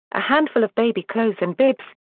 a handful of baby clothes and bibs,